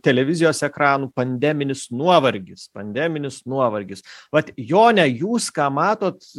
televizijos ekranų pandeminis nuovargis pandeminis nuovargis vat jone jūs ką matot